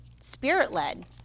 spirit-led